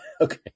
Okay